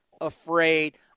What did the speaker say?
afraid